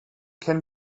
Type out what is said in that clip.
can